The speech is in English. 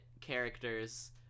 characters